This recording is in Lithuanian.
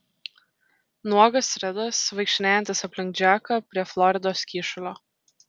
nuogas ridas vaikštinėjantis aplink džeką prie floridos kyšulio